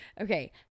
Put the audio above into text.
Okay